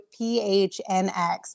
PHNX